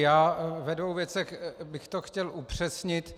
Já ve dvou věcech bych to chtěl upřesnit.